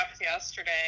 yesterday